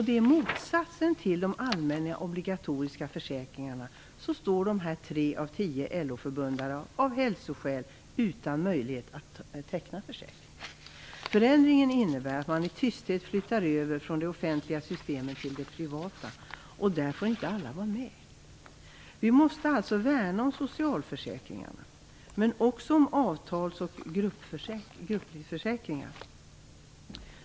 Det är motsatsen till de allmänna obligatoriska försäkringarna. Där står tre av tio LO medlemmar av hälsoskäl utan möjlighet att teckna försäkring. Förändringen innebär att man i tysthet flyttar över från det offentliga systemet till det privata, och där får inte alla vara med. Vi måste alltså värna om socialförsäkringarna, men också om avtalsoch grupplivförsäkringar.